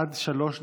עד שלוש דקות,